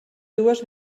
dues